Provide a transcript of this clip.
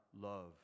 love